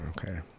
Okay